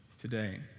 today